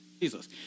Jesus